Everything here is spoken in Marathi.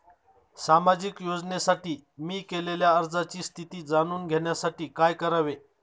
सामाजिक योजनेसाठी मी केलेल्या अर्जाची स्थिती जाणून घेण्यासाठी काय करावे?